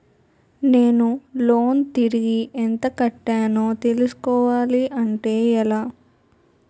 నేను లోన్ తిరిగి ఎంత కట్టానో తెలుసుకోవాలి అంటే ఎలా?